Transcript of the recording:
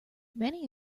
many